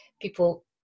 people